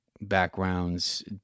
backgrounds